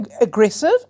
aggressive